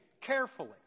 carefully